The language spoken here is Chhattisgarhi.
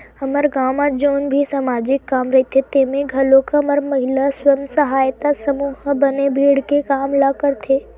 हमर गाँव म जउन भी समाजिक काम रहिथे तेमे घलोक हमर महिला स्व सहायता समूह ह बने भीड़ के काम ल करथे